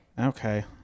Okay